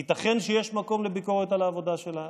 ייתכן שיש מקום לביקורת על העבודה שלהם.